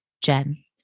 Jen